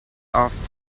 off